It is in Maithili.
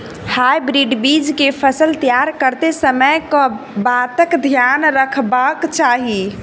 हाइब्रिड बीज केँ फसल तैयार करैत समय कऽ बातक ध्यान रखबाक चाहि?